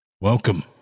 Welcome